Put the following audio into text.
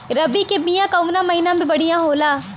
रबी के बिया कवना महीना मे बढ़ियां होला?